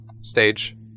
stage